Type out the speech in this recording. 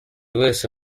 wese